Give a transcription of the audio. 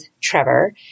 Trevor